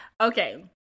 Okay